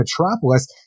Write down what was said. Metropolis